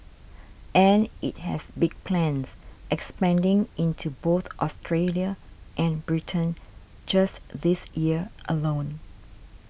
and it has big plans expanding into both Australia and Britain just this year alone